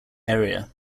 area